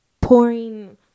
pouring